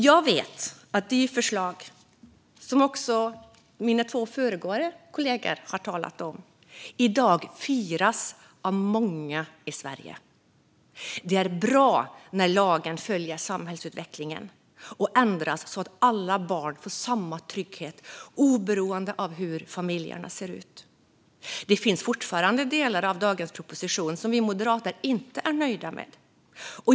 Jag vet att de förslag som också mina två föregående kollegor har talat om i dag firas av många i Sverige. Det är bra när lagen följer samhällsutvecklingen och ändras så att alla barn får samma trygghet oberoende av hur familjerna ser ut. Det finns fortfarande delar av dagens proposition som vi moderater inte är nöjda med.